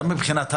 גם מבחינת האגרה,